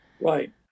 Right